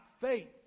faith